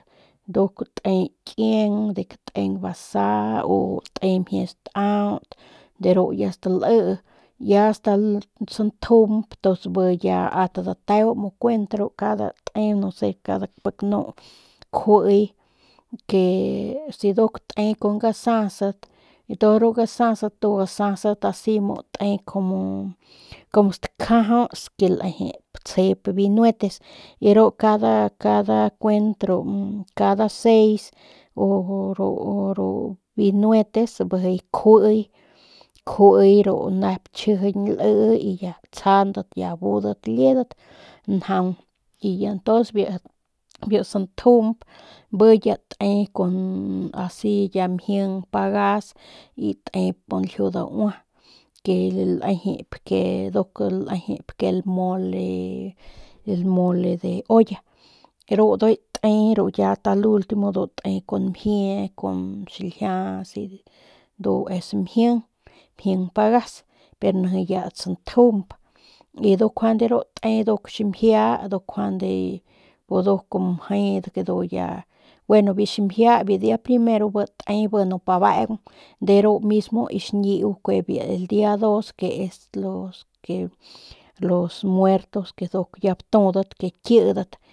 Ya te kieng de kateng basa o te mjie staut de ru ya stalii ya ast santjump bi ya dateo muu kuent te no kada pik nu kjui si nduk te kun gasasat tu ru gasasat ndu asasat te asi muu kumu stakjajaus que tsjep binuetes y ru kada kada kuent kada 6 o o ru binuetes bijiy kjuiy ru nep chjijiñ lii ya tsjandat y budat liedat njaung y ya tuns biu santjump bi ya te kun asi kun mjing pagas y tep kun lju daua ke lejep ke lejep ke lmole el mole de olla ru ndujuy ya te ya el ultimo ndu te kun mjie kun xiljia asi ndu es mjing pagas pero ndu ya ast santjump pro ndu njuande nduk te nduk ximjia u njuande nduk mje ya gueno biu ximjia biu dia primero bi te bi nip abeung de ru mismo y xñiu y el dia dos que es el los muertos que nduk ya batudat ke kidat.